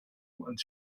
und